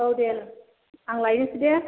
औ दे आं लायनोसै दे